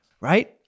right